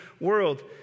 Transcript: world